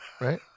right